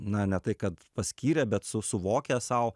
na ne tai kad paskyrę bet su suvokę sau